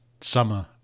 summer